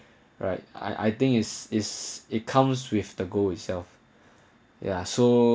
right I I think is is it comes with the goal itself ya so